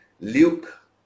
luke